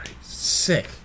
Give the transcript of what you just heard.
Sick